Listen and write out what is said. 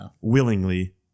willingly